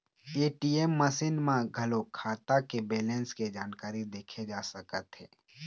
ATM machine म घलोक खाता के बेलेंस के जानकारी देखे जा सकत हे